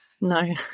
No